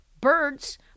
birds